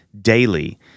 daily